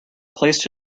placed